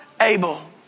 Abel